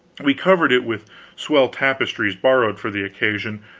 we covered it with swell tapestries borrowed for the occasion,